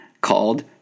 called